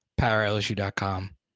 PowerLSU.com